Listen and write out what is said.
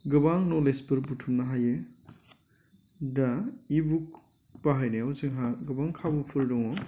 गोबां नलेजफोर बुथुमनो हायो दा इबुक बाहायनायाव जोंहा गोबां खाबुफोर दङ